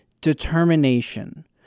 determination